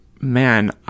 man